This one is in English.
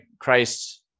Christ